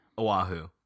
Oahu